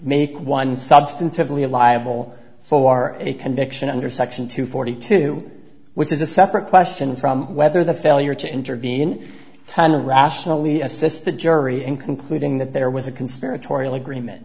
make one substantively liable for a conviction under section two forty two which is a separate question from whether the failure to intervene in turn rationally assist the jury in concluding that there was a conspiratorial agreement